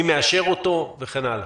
מי מאשר אותו וכן הלאה.